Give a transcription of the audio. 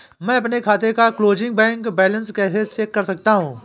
मैं अपने खाते का क्लोजिंग बैंक बैलेंस कैसे चेक कर सकता हूँ?